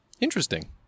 Interesting